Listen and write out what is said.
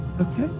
Okay